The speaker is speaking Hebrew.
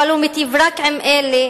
אבל הוא מיטיב רק עם אלה